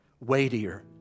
weightier